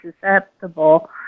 susceptible